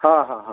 ହଁ ହଁ ହଁ